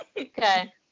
Okay